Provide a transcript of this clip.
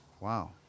Wow